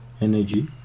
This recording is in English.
energy